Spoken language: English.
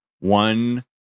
One